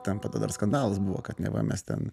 ten po to dar skandalas buvo kad neva mes ten